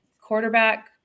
quarterback